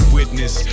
witness